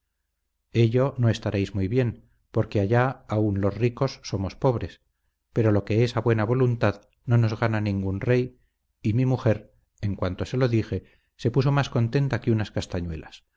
ello no estaréis muy bien porque allá aun los ricos somos pobres pero lo que es a buena voluntad no nos gana ningún rey y mi mujer en cuanto se lo dije se puso más contenta que unas castañuelas